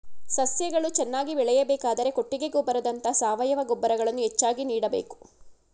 ಸಸ್ಯಗಳು ಚೆನ್ನಾಗಿ ಬೆಳೆಯಬೇಕಾದರೆ ಕೊಟ್ಟಿಗೆ ಗೊಬ್ಬರದಂತ ಸಾವಯವ ಗೊಬ್ಬರಗಳನ್ನು ಹೆಚ್ಚಾಗಿ ನೀಡಬೇಕು